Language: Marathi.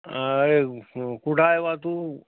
अरे कुठं हाय बा तू